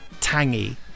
tangy